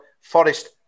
Forest